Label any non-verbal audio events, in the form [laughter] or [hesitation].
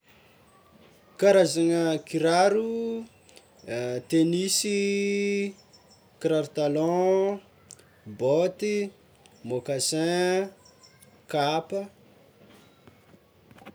Karazagna kiraro: [hesitation] tenisy, kiraro talon, baoty, mocassin, kapa.